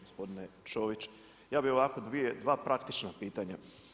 Gospodine Čović, ja bi ovako, dva praktična pitanja.